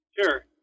Sure